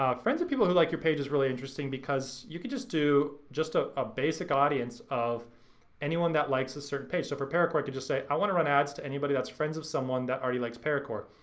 um friends of people who like your page is really interesting because you could just do just ah a basic audience of anyone that likes a certain page. so for paracore i could just say i wanna run ads to anybody that's friends of someone that already likes paracore.